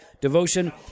Devotion